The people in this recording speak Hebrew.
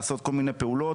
לעשות כל מיני פעולות,